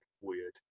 weird